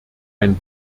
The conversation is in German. ein